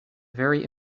very